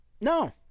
No